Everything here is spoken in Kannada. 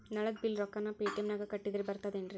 ನಳದ್ ಬಿಲ್ ರೊಕ್ಕನಾ ಪೇಟಿಎಂ ನಾಗ ಕಟ್ಟದ್ರೆ ಬರ್ತಾದೇನ್ರಿ?